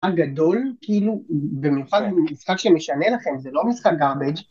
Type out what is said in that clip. הגדול, כאילו, במיוחד משחק שמשנה לכם, זה לא משחק garbage